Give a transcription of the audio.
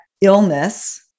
illness